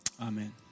Amen